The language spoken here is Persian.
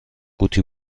قوطی